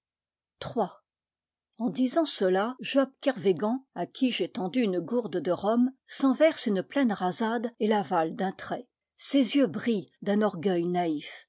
en disant cela job kervégan à qui j'ai tendu une gourde de rhum s'en verse une pleine rasade et l'avale d'un trait ses yeux brillent d'un orgueil